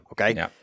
Okay